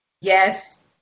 Yes